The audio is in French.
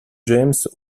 james